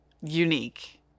unique